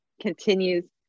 continues